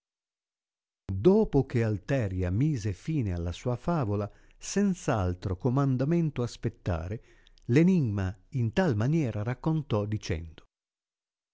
dopo che alteria mise fine alla sua favola senz altro comandamento aspettare l enimraa in tal maniera raccontò dicendo